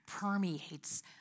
permeates